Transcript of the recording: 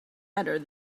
better